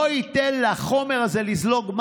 לא ייתן לחומר הזה לזלוג,